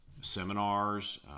seminars